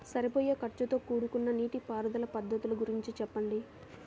సరిపోయే ఖర్చుతో కూడుకున్న నీటిపారుదల పద్ధతుల గురించి చెప్పండి?